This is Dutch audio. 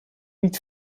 niet